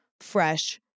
fresh